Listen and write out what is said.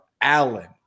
Allen